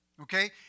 Okay